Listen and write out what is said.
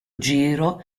giro